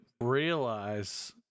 realize